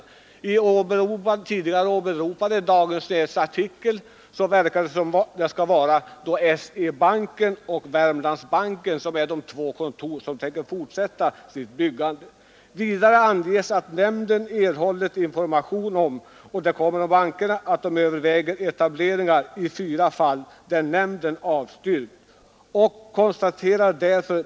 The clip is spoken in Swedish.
Av den tidigare åberopade artikeln i Dagens Nyheter verkar det som om det är SE-banken och Wermlandsbanken som tänker fortsätta utbyggandet med två kontor. Vidare anges i propositionen att nämnden erhållit information om att en annan bank överväger etableringar i fyra fall där nämnden avstyrkt.